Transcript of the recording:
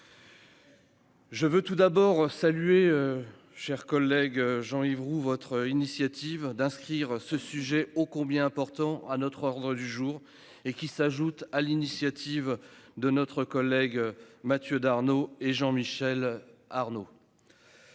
Je tiens tout d'abord à saluer, cher Jean-Yves Roux, votre initiative d'inscrire ce sujet ô combien important à notre ordre du jour. Celle-ci s'ajoute aux initiatives de nos collègues Mathieu Darnaud et Jean-Michel Arnaud.